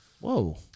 Whoa